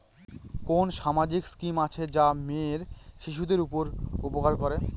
কোন সামাজিক স্কিম আছে যা মেয়ে শিশুদের উপকার করে?